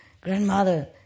Grandmother